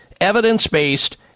evidence-based